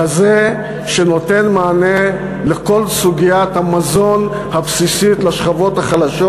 כזה שנותן מענה לכל סוגיית המזון הבסיסי לשכבות החלשות